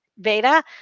Beta